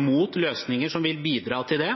mot løsninger som vil bidra til det.